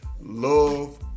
love